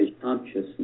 consciousness